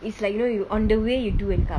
it's like you know you on the way you do and come